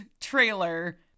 trailer